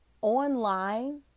online